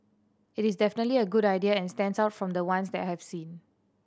it is definitely a good idea and stands out from the ones that I have seen